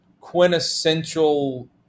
quintessential